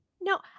no